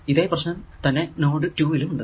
ഇതേ പ്രശ്നം തന്നെ നോഡ് 2 ലും ഉണ്ട്